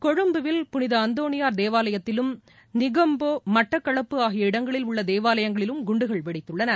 கொழும்புவில் புனித அந்தோணியார் தேவாலயத்திலும் நிகம்போ மட்டக்களப்பு ஆகிய இடங்களில் உள்ள தேவாலயங்களிலும் குண்டுகள் வெடித்துள்ளன